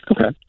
Okay